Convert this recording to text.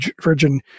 Virgin